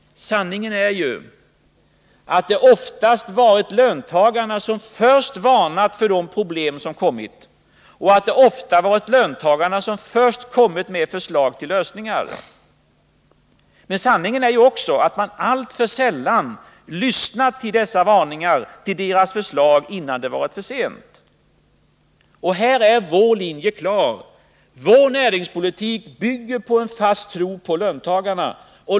Sanningen är ju, att det oftast varit löntagarna som först varnat för de problem som kommit och att det ofta varit löntagarna som kommit med förslag till lösningar. Sanningen är ju också att man alltför sällan lyssnat till deras varningar, till deras förslag, innan det varit för sent. Här är vår linje klar: Vår näringspolitik bygger på en fast tro på löntagarna.